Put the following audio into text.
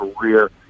career